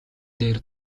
дээр